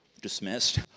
dismissed